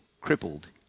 crippled